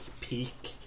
peak